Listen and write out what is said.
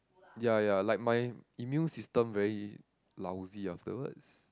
ya ya like my immune system very lousy afterwards